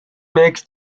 makes